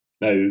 now